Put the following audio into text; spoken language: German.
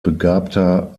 begabter